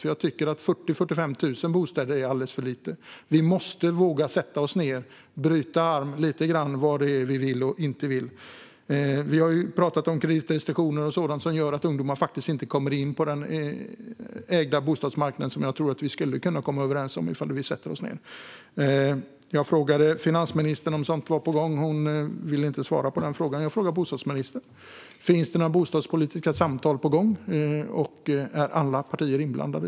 Jag tycker nämligen att 40 000-45 000 bostäder är alldeles för lite. Vi måste våga sätta oss ned och bryta arm lite grann om vad vi vill och inte vill. Vi har pratat om kreditrestriktioner och sådant som gör att ungdomar inte kommer in på marknaden för ägda bostäder. Jag tror att vi skulle kunna komma överens i den frågan om vi sätter oss ned tillsammans. Jag frågade finansministern om sådant var på gång. Hon ville inte svara på den frågan. Jag frågar bostadsministern: Finns det några bostadspolitiska samtal på gång, och är i så fall alla partier inblandade?